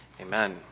Amen